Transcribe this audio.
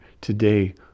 today